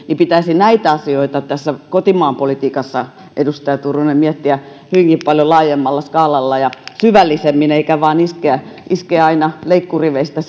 pitäisi näitä asioita tässä kotimaan politiikassa edustaja turunen miettiä hyvinkin paljon laajemmalla skaalalla ja syvällisemmin eikä vain iskeä iskeä aina leikkuriveistä